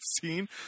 seen